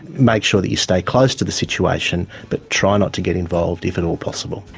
make sure that you stay close to the situation but try not to get involved if at all possible.